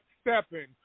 stepping